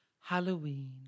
Halloween